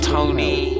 Tony